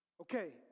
okay